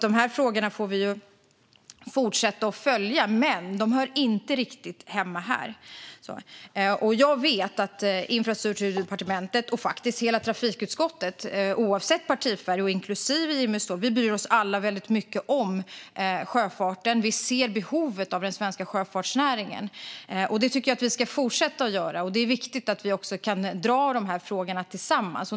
De här frågorna får vi fortsätta följa, men de hör inte riktigt hemma här. Jag vet att Infrastrukturdepartementet och faktiskt hela trafikutskottet, oavsett partifärg och inklusive Jimmy Ståhl, bryr sig väldigt mycket om sjöfarten. Vi ser behovet av den svenska sjöfartsnäringen. Det tycker jag att vi ska fortsätta göra, och det är viktigt att vi kan dra de här frågorna tillsammans.